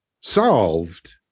solved